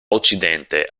occidente